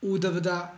ꯎꯗꯕꯗ